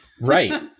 Right